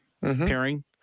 pairing